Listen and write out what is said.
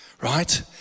right